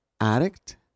addict